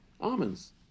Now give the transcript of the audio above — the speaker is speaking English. almonds